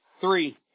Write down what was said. Three